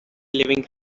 living